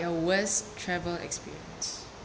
your worst travel experience